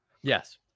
Yes